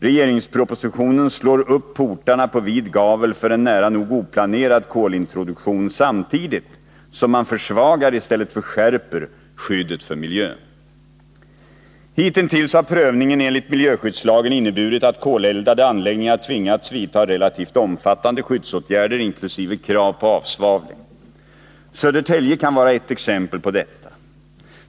Regeringspropositionen slår upp portarna på vid gavel för en nära nog oplanerad kolintroduktion samtidigt som man försvagar i stället för skärper skyddet för miljön. Hitintills har prövningen enligt miljöskyddslagen inneburit att koleldade anläggningar har tvingats vidta relativt omfattande skyddsåtgärder inkl. krav på avsvavling. Södertälje kan vara ett exempel på detta.